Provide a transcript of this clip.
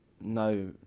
no